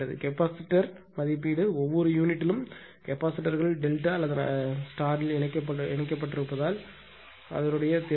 capacitor capacitor மதிப்பீடு ஒவ்வொரு யூனிட்டிலும் கெப்பாசிட்டர்கள் டெல்டா அல்லது நட்சத்திரத்தில் இணைக்கப்பட்டிருந்தால் கொள்ளளவு